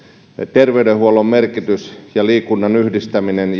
terveydenhuollon merkitys ja liikunnan yhdistäminen